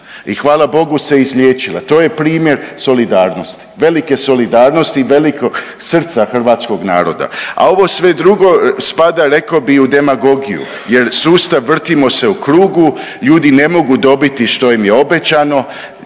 I hvala bogu se izliječila. To je primjer solidarnosti, velike solidarnosti i velikog srca hrvatskog naroda. A ovo sve drugo spada, rekao bih u demagogiju jer sustav vrtimo se u krugu, ljudi ne mogu dobiti što im je obećano,